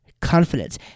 Confidence